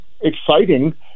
exciting